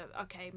okay